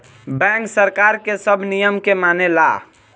bank सरकार के सब नियम के मानेला